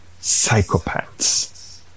psychopaths